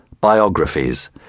Biographies